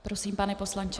Prosím, pane poslanče.